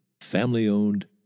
family-owned